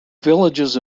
villages